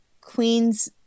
Queens